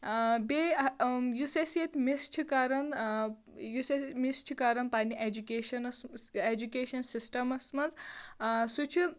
بیٚیہِ یُس أسۍ ییٚتہِ مِس چھِ کَران یُس أسۍ مِس چھِ کَران پَنٕنہِ ایجوٗکیشنَس ایجوٗکیشَن سِسٹَمَس منٛز آ سُہ چھُ